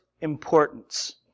importance